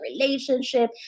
relationship